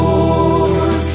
Lord